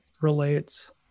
relates